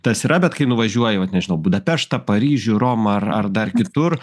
tas yra bet kai nuvažiuoji vat nežinau budapeštą paryžių romą ar ar dar kitur